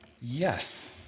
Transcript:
Yes